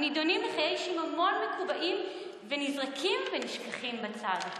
הם נדונים לחיי שיממון מקובעים ונזרקים ונשכחים בצד.